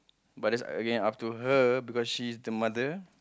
but that's again up to her because she is the mother